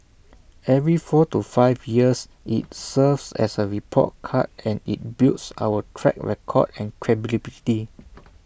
every four to five years IT serves as A report card and IT builds our track record and credibility